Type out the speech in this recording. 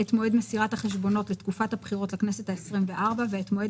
את מועד מסירת החשבונות לתקופת הבחירות לכנסת ה-24 ואת מועד